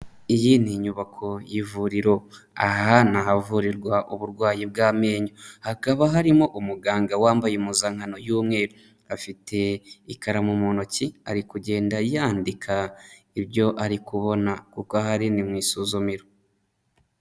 Iyi ni inyubako y'ivuriro, aha ni ahavurirwa uburwayi bw'amenyo, hakaba harimo umuganga wambaye impuzankano y'umweru, afite ikaramu mu ntoki, ari kugenda yandika ibyo ari kubona, kuko aho ari ni mu isuzumiro.